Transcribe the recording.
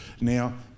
Now